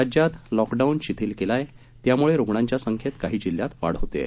राज्यात लॉकडाऊन शिथिल केला आहे त्यामुळे रुग्णांच्या संख्येत काही जिल्ह्यांत वाढ होत आहे